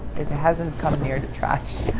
it hasn't come near to trash.